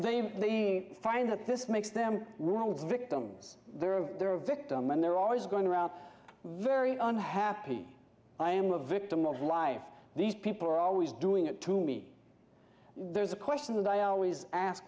out they find that this makes them wrong victims their are their victim and they're always going around very unhappy i am a victim of life these people are always doing it to me there's a question that i always ask